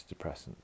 antidepressants